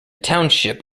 township